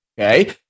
Okay